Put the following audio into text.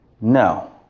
No